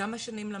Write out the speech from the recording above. כמה שנים למדת?